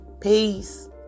Peace